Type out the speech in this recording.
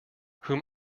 whom